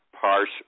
parse